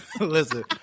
Listen